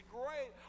great